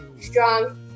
strong